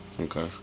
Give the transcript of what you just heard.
Okay